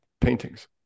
paintings